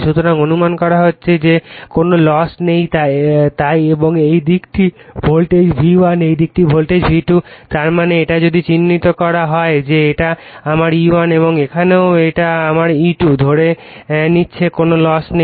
সুতরাং অনুমান করা হচ্ছে কোন লস নেই তাই এবং এই দিকটি ভোল্টেজ V1 এই দিকটি ভোল্টেজ V2 তার মানে এটা যদি চিহ্নিত করা হয় যে এটা আমার E1 এবং এখানেও এটা আমার E2 ধরে নিচ্ছে কোন লস নেই